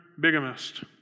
bigamist